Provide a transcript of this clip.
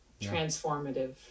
transformative